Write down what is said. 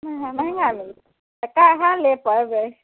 महङ्गा मिलैत छै तऽ कहाँ लै पबै